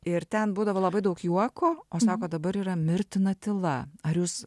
ir ten būdavo labai daug juoko o sako dabar yra mirtina tyla ar jūs